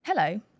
Hello